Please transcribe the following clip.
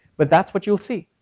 but that's what you'll see.